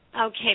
Okay